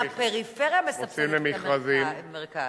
אתה מבין, הפריפריה מסבסדת את המרכז.